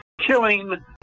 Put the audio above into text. killing